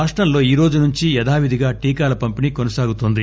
రాష్టంలో ఈ రోజు నుంచి యధావిధిగా టీకాల పంపిణీ కొనసాగుతోంది